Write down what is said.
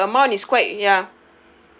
since the amount is quite ya